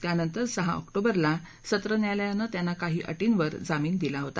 त्यानंतर सहा ऑक्टोबरला सत्र न्यायालयानं त्यांना काही अटींवर जामिन दिला होता